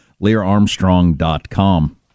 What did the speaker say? leararmstrong.com